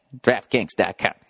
DraftKings.com